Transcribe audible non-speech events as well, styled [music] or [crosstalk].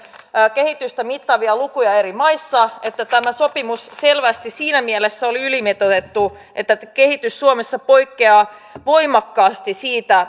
kehitystä mittaavia lukuja eri maissa että tämä sopimus oli selvästi siinä mielessä ylimitoitettu että kehitys suomessa poikkeaa voimakkaasti siitä [unintelligible]